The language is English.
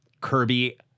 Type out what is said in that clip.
Kirby